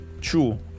true